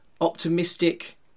optimistic